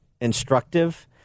instructive